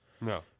No